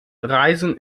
reisen